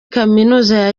kaminuza